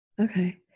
okay